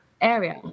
area